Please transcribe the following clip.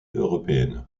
européenne